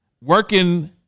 working